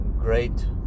great